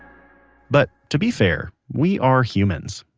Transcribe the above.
but, to be fair, we are humans.